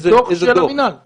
דוח של המינהל.